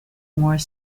more